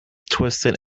twisted